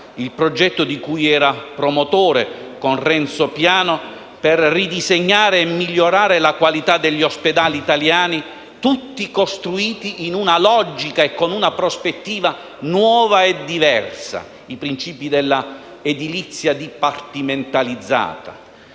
il progetto di cui era promotore con Renzo Piano per ridisegnare e migliorare la qualità degli ospedali italiani, tutti costruiti in una logica e con una prospettiva nuova e diversa, secondo i principi della edilizia dipartimentalizzata.